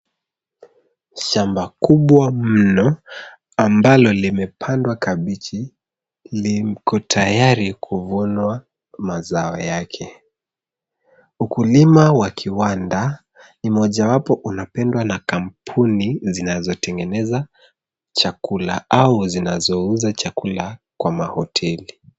Shamba kubwa mno ambalo limepandwa kabechi liko tayari kufunwa mazao yake. Ukulima wa kiwanda ni mojawapo inapendwa na kampuni zinazo tengeneza chakula au zinazouza chakula kwa mahoteli.